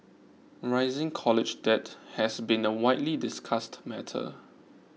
rising college debt has been a widely discussed matter